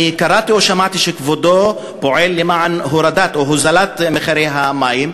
אני קראתי או שמעתי שכבודו פועל למען הורדת או הוזלת מחירי המים.